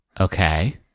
Okay